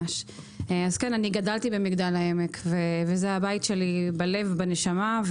אני גדלתי במגדל העמק וזה הבית שלי בלב ובנשמה,